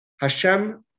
Hashem